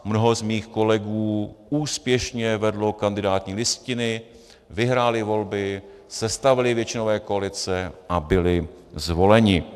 Mnoho z mých kolegů úspěšně vedlo kandidátní listiny, vyhráli volby, sestavili většinové koalice a byli zvoleni.